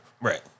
Right